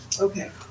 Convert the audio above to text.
Okay